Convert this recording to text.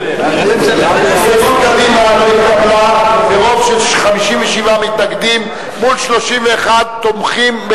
הסתייגות קדימה לא התקבלה ברוב של 57 מתנגדים מול 31 תומכים,